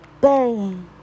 bang